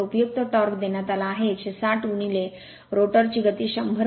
तर उपयुक्त टॉर्क देण्यात आला आहे 160 रोटर गती 100